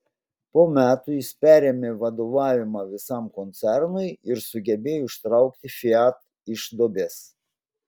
po metų jis perėmė vadovavimą visam koncernui ir sugebėjo ištraukti fiat iš duobės